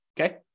okay